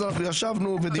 אז ישבנו ודיברנו עליו.